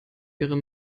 ihre